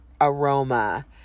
aroma